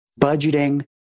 budgeting